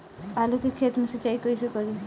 आलू के खेत मे सिचाई कइसे करीं?